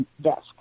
desk